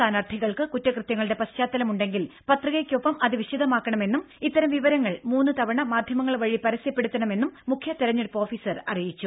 സ്ഥാനാർത്ഥികൾക്ക് കുറ്റകൃത്യങ്ങളുടെ പശ്ചാത്തലമുണ്ടെങ്കിൽ പത്രികയ്ക്കൊപ്പം അത് വിശദമാക്കണമെന്നും ഇത്തരം വിവരങ്ങൾ മൂന്നുതവണ മാധ്യമങ്ങൾ വഴി പരസ്യപ്പെടുത്തണമെന്നും മുഖ്യ തിരഞ്ഞെടുപ്പ് ഓഫീസർ അറിയിച്ചു